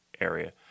area